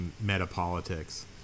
meta-politics